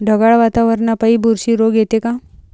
ढगाळ वातावरनापाई बुरशी रोग येते का?